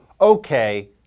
okay